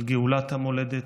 על גאולת המולדת.